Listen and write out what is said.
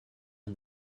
and